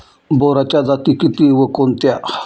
बोराच्या जाती किती व कोणत्या?